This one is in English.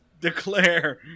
declare